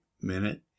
minute